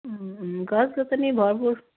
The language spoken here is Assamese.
গছ গছনি ভৰপূৰ